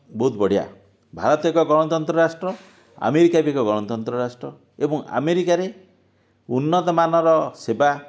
ବହୁତ ବଢିଆ ଭାରତ ଏକ ଗଣତନ୍ତ୍ର ରାଷ୍ଟ୍ର ଆମେରିକା ବି ଏକ ଗଣତନ୍ତ୍ର ରାଷ୍ଟ୍ର ଏବଂ ଆମେରିକାରେ ଉନ୍ନତ ମାନର ସେବା